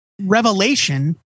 revelation